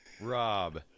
Rob